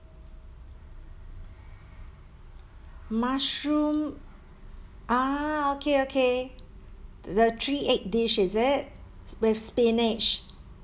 mushroom ah okay okay the three egg dish is it with spinach